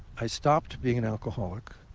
i stopped being an alcoholic.